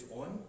on